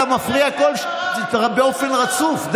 אתה מפריע באופן רצוף.